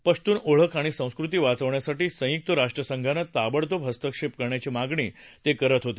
पश्तुन ओळख आणि संस्कृती वाचवण्यासाठी संयुक्त राष्ट्रसंघानं ताबडतोब हस्तक्षेप करण्याची मागणी ते करत होते